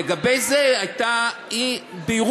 לגבי זה הייתה אי-בהירות.